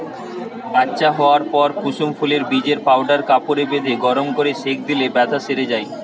বাচ্চা হোয়ার পর কুসুম ফুলের বীজের পাউডার কাপড়ে বেঁধে গরম কোরে সেঁক দিলে বেথ্যা সেরে যায়